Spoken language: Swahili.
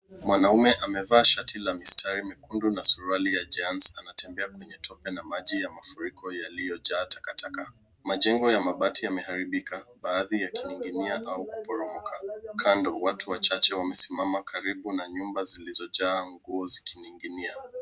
Mwanaume amevaa shati la mistari mekundu na suruali ya jeans anatembea kwenye matope na maji ya mafuriko yaliyojaa takataka. Majengo ya mabati yameharibika, baadhi yakining'inia au kuporomoka. Kando, watu wachache wamesimama karibu na nyumba zilizojaa nguo zikining'inia.